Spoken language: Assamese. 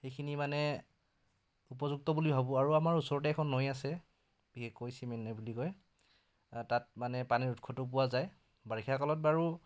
সেইখিনি মানে উপযুক্ত বুলি ভাবোঁ আৰু আমাৰ ওচৰতে এখন নৈ আছে বিশেষকৈ চিমেন নৈ বুলি কয় তাত মানে পানীৰ উৎসটো পোৱা যায় বাৰিষা কালত বাৰু